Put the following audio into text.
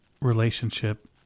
relationship